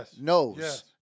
knows